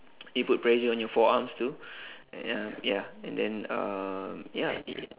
it put pressure on your forearms too and um ya and then um ya it